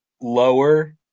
lower